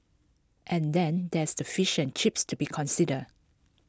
and then there's the fashion chips to be considered